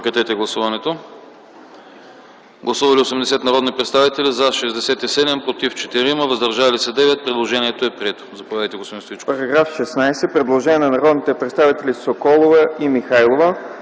По § 21 има предложение на народните представители Соколова и Михайлова.